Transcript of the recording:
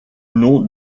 nom